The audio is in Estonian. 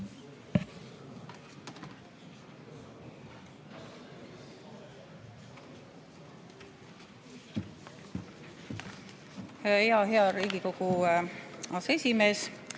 Hea Riigikogu aseesimees!